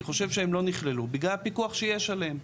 אני חושב שהם לא נכללו בגלל הפיקוח שיש עליהן.